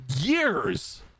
years